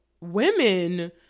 women